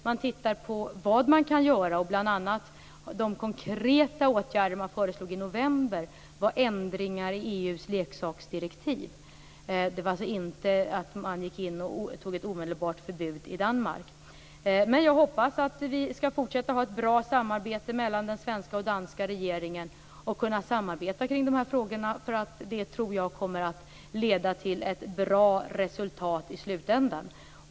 Man tittar på vad man kan göra. De konkreta åtgärder man föreslog i november gällde ändringar i EU:s leksaksdirektiv. Man införde alltså inte ett omedelbart förbud i Danmark. Men jag hoppas att vi skall fortsätta att ha ett bra samarbete mellan den svenska och den danska regeringen och kunna samarbeta kring dessa frågor. Det tror jag kommer att leda till ett bra resultat i slutändan.